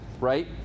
right